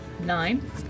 Nine